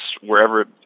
wherever